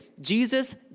Jesus